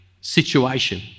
situation